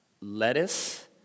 lettuce